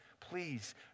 Please